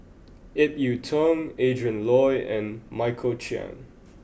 Ip Yiu Tung Adrin Loi and Michael Chiang